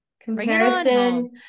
comparison